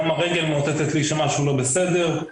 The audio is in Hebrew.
גם הרגל מאותת לי שמשהו לא בסדר,